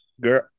Girl